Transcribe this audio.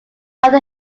after